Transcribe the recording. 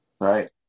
right